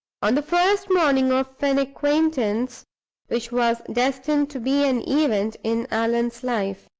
on the first morning of an acquaintance which was destined to be an event in allan's life.